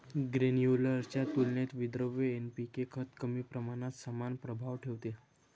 granular च्या तुलनेत विद्रव्य एन.पी.के खत कमी प्रमाणात समान प्रभाव ठेवते